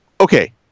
okay